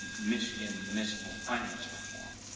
michigan municipal finance reform.